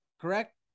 correct